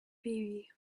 baby